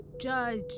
Judge